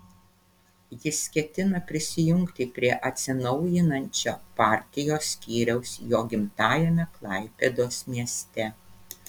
jis ketina prisijungti prie atsinaujinančio partijos skyriaus jo gimtajame klaipėdos mieste